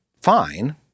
fine